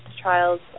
trials